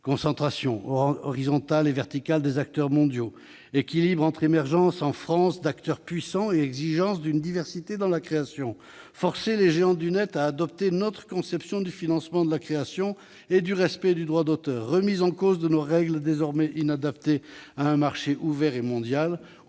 Concentration horizontale et verticale des acteurs mondiaux ; équilibre entre émergence en France d'acteurs puissants et exigence de diversité dans la création ; adoption par les géants du net de notre conception du financement de la création et du respect du droit d'auteur ; remise en cause de nos règles, désormais inadaptées à un marché ouvert et mondial